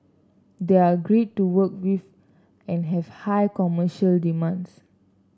they are great to work with and have high commercial demands